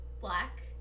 black